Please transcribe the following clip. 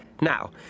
Now